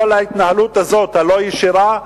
כל ההתנהלות הזאת, הלא-ישירה,